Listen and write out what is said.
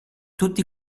tutti